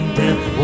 death